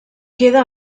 queda